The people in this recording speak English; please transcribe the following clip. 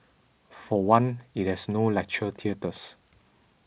for one it has no lecture theatres